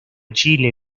chile